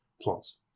plants